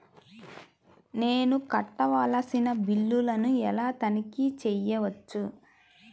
నేను కట్టవలసిన బిల్లులను ఎలా తనిఖీ చెయ్యవచ్చు?